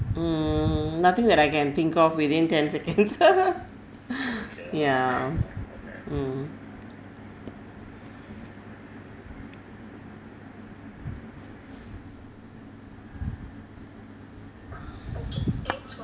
mm nothing that I can think of within ten seconds ya mm